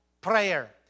prayer